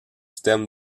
thème